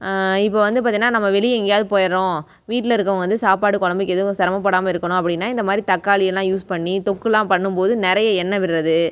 இப்போ வந்து பார்த்திங்கன்னா நம்ம வெளியே எங்கேயாவது போயிடுறோம் வீட்டில் இருக்கறவங்க வந்து சாப்பாடு குழம்பு வைக்கிறதுக்கு கொஞ்சம் சிரமப்படாம இருக்கணும் அப்படின்னா இந்த மாதிரி தக்காளி எல்லாம் யூஸ் பண்ணி தொக்குலாம் பண்ணும் போது நிறைய எண்ணெய் விடுறது